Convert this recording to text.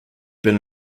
been